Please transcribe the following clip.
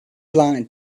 like